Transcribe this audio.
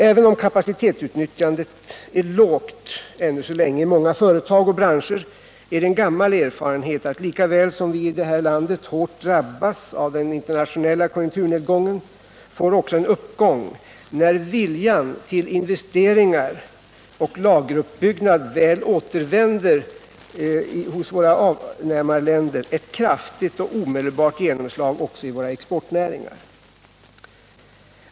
Även om kapacitetsutnyttjandet är lågt ännu så länge i många företag och branscher, är det en gammal erfarenhet att lika väl som vi i detta land hårt drabbas av internationell konjunkturnedgång får också en uppgång, när viljan till investeringar och lageruppbyggnad väl återvänder i våra avnämarländer, ett kraftigt och omedelbart genomslag i våra exportnäringar.